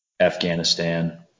Afghanistan